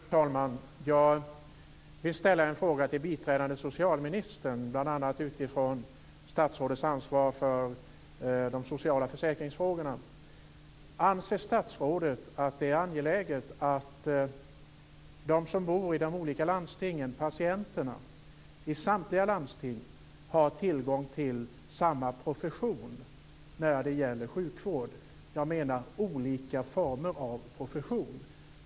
Fru talman! Jag vill ställa en fråga till biträdande socialministern, bl.a. utifrån statsrådets ansvar för de sociala försäkringsfrågorna. Anser statsrådet att det är angeläget att de som bor i de olika landstingen, patienterna i samtliga landsting, har tillgång till samma profession när det gäller sjukvård? Jag menar olika former av profession.